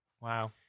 Wow